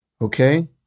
Okay